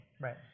Right